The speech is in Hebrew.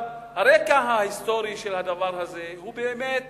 הרקע ההיסטורי של הדבר הזה הוא באמת